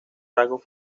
rasgos